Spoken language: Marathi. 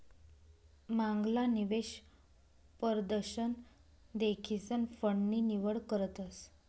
मांगला निवेश परदशन देखीसन फंड नी निवड करतस